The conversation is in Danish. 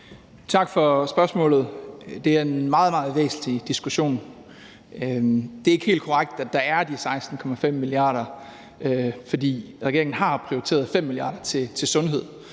Tak for spørgsmålet. Det er en meget, meget væsentlig diskussion. Det er ikke helt korrekt, at der er de 16,5 mia. kr. For regeringen har prioriteret 5 mia. kr. til sundhed.